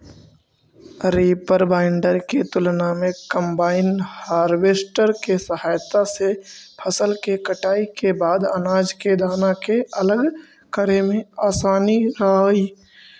reaper binder के तुलना में कम्बाइन हार्वेस्टर के सहायता से फसल के कटाई के बाद अनाज के दाना के अलग करे में असानी रहऽ हई